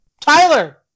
Tyler